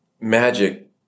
Magic